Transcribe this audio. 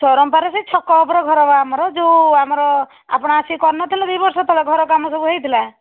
ଚରମ୍ପାରେ ସେହି ଛକ ଉପରେ ଘର ବା ଆମର ଯେଉଁ ଆମର ଆପଣ ଆସିକି କରିନଥିଲେ ଦୁଇବର୍ଷ ତଳେ ଘରକାମ ସବୁ ହୋଇଥିଲା